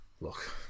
look